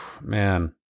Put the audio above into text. Man